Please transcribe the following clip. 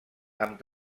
amb